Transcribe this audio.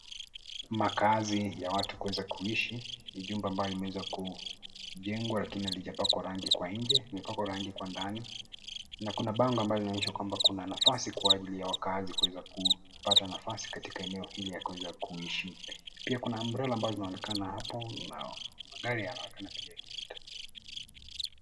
Makaazi ya watu kuweza kuishi. Ni jumba ambalo limeweza kujengwa lakini halijapakwa rangi kwa nje limepakwa rangi kwa ndani na kuna bango ambayo inaonyesha kwamba kuna nafasi kwa ajili ya wakaazi kuweza kupata nafasi katika eneo hili ya kuweza kuishi. Pia kuna umbrella zinaonekana hapo na magari yanaonekana yakipita.